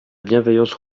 bienveillance